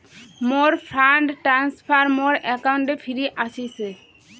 মোর fund transfer মোর অ্যাকাউন্টে ফিরি আশিসে